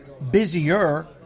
Busier